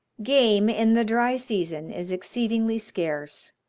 game, in the dry season, is exceedingly scarce.